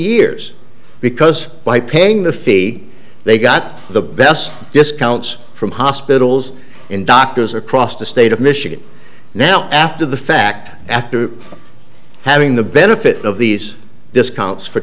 years because by paying the fee they got the best discounts from hospitals and doctors across the state of michigan now after the fact after having the benefit of these discounts for